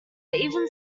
even